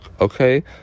okay